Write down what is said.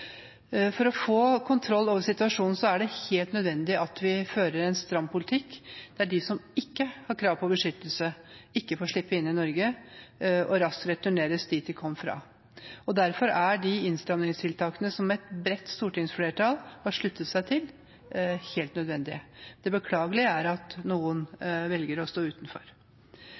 For å få kontroll over situasjonen er det helt nødvendig at vi fører en stram politikk, der de som ikke har krav på beskyttelse, ikke får slippe inn i Norge og raskt returneres dit de kom fra. Derfor er de innstramningstiltakene som et bredt stortingsflertall har sluttet seg til, helt nødvendige. Det beklagelige er at noen